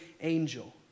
angel